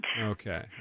Okay